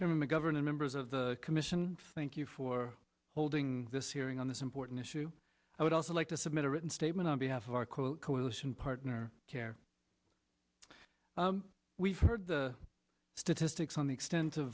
jim mcgovern and members of the commission thank you for holding this hearing on this important issue i would also like to submit a written statement on behalf of our quote coalition partner care we've heard the statistics on the extent of